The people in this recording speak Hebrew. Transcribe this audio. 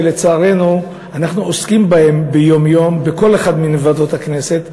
שלצערנו אנחנו עוסקים בהם ביום-יום בכל אחת מוועדות הכנסת,